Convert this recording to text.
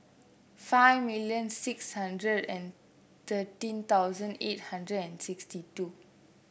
five million six hundred and thirteen thousand eight hundred and sixty two